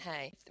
hey